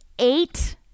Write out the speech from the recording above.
eight